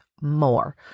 more